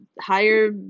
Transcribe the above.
higher